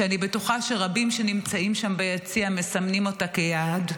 שאני בטוחה שרבים שנמצאים שם ביציע מסמנים אותה כיעד,